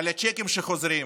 על הצ'קים שחוזרים,